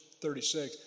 36